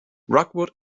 rockwood